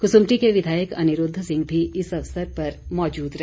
कुसुम्पटी के विधायक अनिरूद्ध सिंह भी इस अवसर पर मौजूद रहे